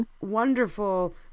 wonderful